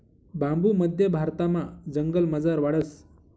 बांबू मध्य भारतमा जंगलमझार वाढस